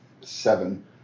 seven